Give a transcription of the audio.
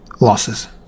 losses